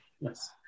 Yes